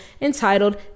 entitled